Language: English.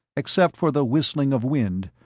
except for the whistling of wind,